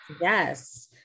yes